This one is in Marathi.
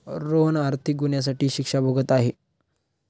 रोहन आर्थिक गुन्ह्यासाठी शिक्षा भोगत आहे